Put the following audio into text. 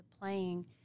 playing